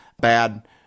bad